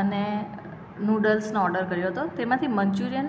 અને નુડલ્સનો ઓર્ડર કર્યો હતો તેમાંથી મંચુરિયન